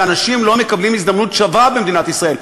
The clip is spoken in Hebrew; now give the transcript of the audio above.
שאנשים לא מקבלים הזדמנות שווה במדינת ישראל.